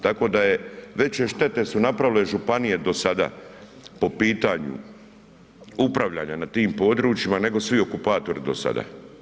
Tako da je veće štete su napravile županije do sada po pitanju upravljanja na tim područjima nego svi okupatori do sada.